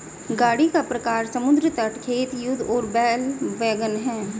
गाड़ी का प्रकार समुद्र तट, खेत, युद्ध और बैल वैगन है